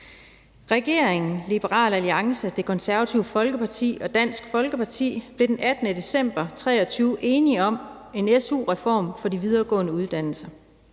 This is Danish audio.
Regeringen, Liberal Alliance, Det Konservative Folkeparti og Dansk Folkeparti blev den 18. december 2023 enige om en su-reform for de videregående uddannelser.